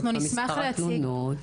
מה מספר התלונות.